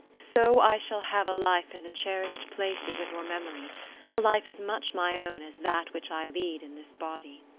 so i shall have a life in the cherished places of your memory a life as much my own, as that which i lead in this body